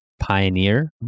Pioneer